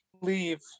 leave